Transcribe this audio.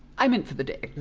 i meant for the day.